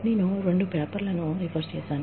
నేను రెండు పేపర్లను రిఫర్ చేశాను